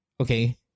okay